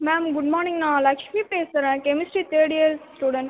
ma'am good morning நான் லக்ஷ்மி பேசுகிறேன் chemistry third year student